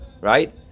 right